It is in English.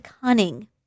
cunning